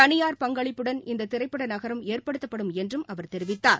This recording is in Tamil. தனியார் பங்களிப்புடன் இந்ததிரைப்படநகரம் ஏற்படுத்தப்படும் என்றும் அவர் தெரிவித்தார்